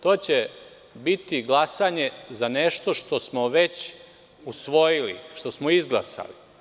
To će biti glasanje za nešto što smo već usvojili, što smo izglasali.